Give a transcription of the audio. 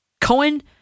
Cohen